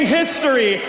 history